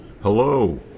Hello